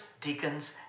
deacons